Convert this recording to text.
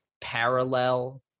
parallel